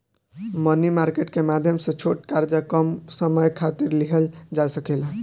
मनी market के माध्यम से छोट कर्जा कम समय खातिर लिहल जा सकेला